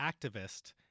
activist